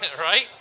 Right